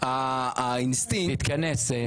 תתכנס.